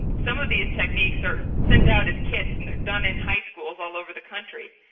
some of these techniques are sent out as kits and they're done in high schools all over the country.